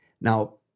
Now